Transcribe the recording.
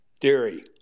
theory